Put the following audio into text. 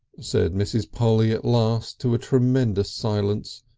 said mrs. polly at last to a tremendous silence,